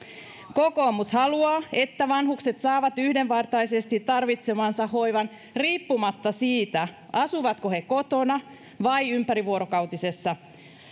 kokoomus haluaa että vanhukset saavat yhdenvertaisesti tarvitsemansa hoivan riippumatta siitä asuvatko he kotona vai ympärivuorokautisessa